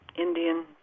Indian